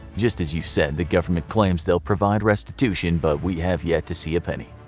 just as you said, the government claims they will provide restitution, but we have yet to see a penny.